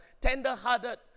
tender-hearted